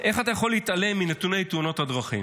איך נרמלת אוהדי כהנא גזעניים בתוך הבית הזה,